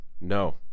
no